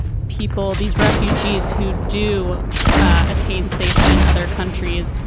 people, these refugees who do attain safety in other countries,